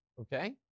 Okay